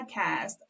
podcast